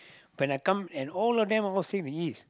when I come and of them stay in the East